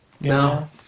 No